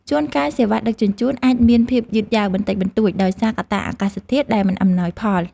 ជួនកាលសេវាដឹកជញ្ជូនអាចមានភាពយឺតយ៉ាវបន្តិចបន្តួចដោយសារកត្តាអាកាសធាតុដែលមិនអំណោយផល។